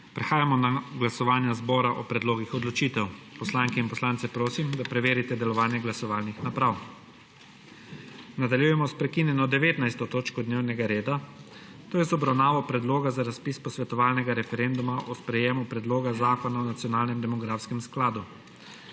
Prehajamo na glasovanje zbora o predlogih odločitev. Poslanke in poslance prosim, da preverite delovanje glasovalnih naprav. Nadaljujemo s prekinjeno 19. točko dnevnega reda – to je z obravnavo predloga za razpis posvetovalnega referenduma o sprejemu Predloga zakona o nacionalnem demografskem skladu.